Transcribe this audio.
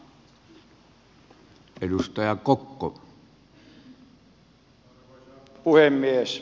arvoisa puhemies